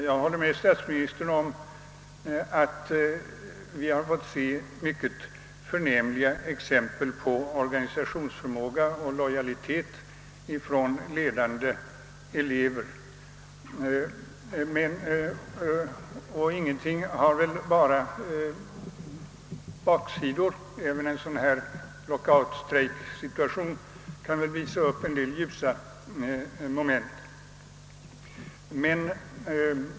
Jag håller med statsministern om att vi fått se många förnämliga exempel på organisationsförmåga och lojalitet från ledande elever. Ingenting har väl bara baksidor. Även en lockout-strejksituation kan väl visa upp ljusa moment.